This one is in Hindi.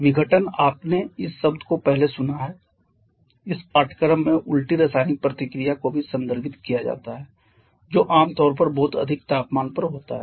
विघटन आपने इस शब्द को पहले सुना है इस पाठ्यक्रम में उल्टी रासायनिक प्रतिक्रिया को भी संदर्भित किया जाता है जो आमतौर पर बहुत अधिक तापमान पर होता है